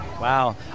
Wow